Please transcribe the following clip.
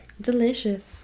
delicious